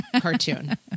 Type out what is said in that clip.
cartoon